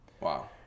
Wow